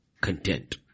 content